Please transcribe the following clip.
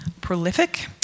prolific